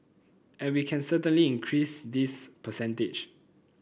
and we can certainly increase this percentage